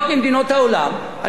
אני חושב שזה ראוי לשבח.